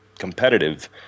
competitive